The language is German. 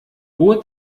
hohe